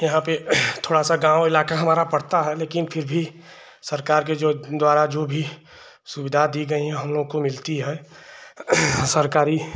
यहाँ पर थोड़ा सा गाँव इलाका हमारा पड़ता है लेकिन फिर भी सरकार के जो द्वारा जो भी सुविधा दी गई हमलोग को मिलती है सरकारी